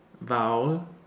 vowel